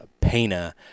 Pena